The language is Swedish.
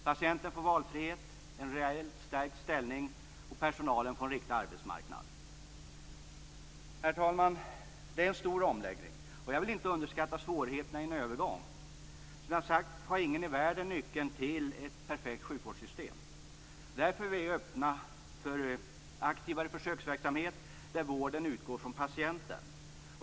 Patienten får valfrihet och en reellt stärkt ställning, och personalen får en riktig arbetsmarknad. Herr talman! Det är en stor omläggning. Jag vill inte underskatta svårigheterna vid en övergång. Som jag har sagt har ingen i världen nyckeln till ett perfekt sjukvårdssystem. Därför är vi öppna för aktivare försöksverksamheter där vården utgår från patienten.